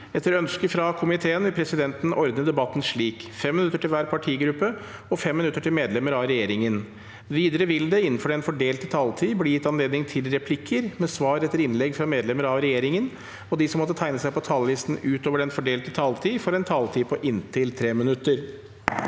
Etter ynske frå finanskomi- teen vil presidenten ordna debatten slik: 3 minutt til kvar partigruppe og 3 minutt til medlemer av regjeringa. Vidare vil det – innanfor den fordelte taletida – verta gjeve anledning til replikkar med svar etter innlegg frå medlemer av regjeringa, og dei som måtte teikna seg på talarlista utover den fordelte taletida, får òg ei taletid på inntil 3 minutt.